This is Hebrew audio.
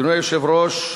אדוני היושב-ראש,